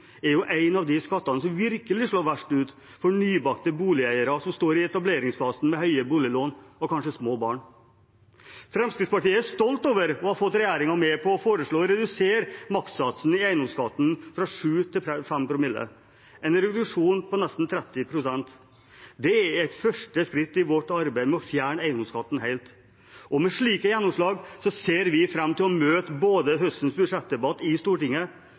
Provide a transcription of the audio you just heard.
skattene som virkelig slår verst ut for nybakte boligeiere i etableringsfasen, som har høye boliglån og kanskje små barn. Fremskrittspartiet er stolt over å ha fått regjeringen med på å foreslå å redusere makssatsen i eiendomsskatten fra 7 til 5 promille – en reduksjon på nesten 30 pst. Det er et første skritt i vårt arbeid med å fjerne eiendomsskatten helt. Og med slike gjennomslag ser vi fram til både å møte høstens budsjettdebatt i Stortinget